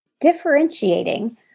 Differentiating